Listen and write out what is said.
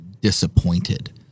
disappointed